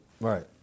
Right